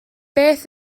beth